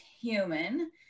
human